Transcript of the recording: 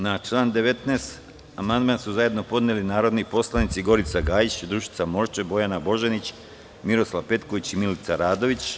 Na član 19. amandman su zajedno podneli narodni poslanici Gorica Gajić, Dušica Morčev, Bojana Božanić, Miroslav Petković i Milica Radović.